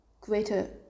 greater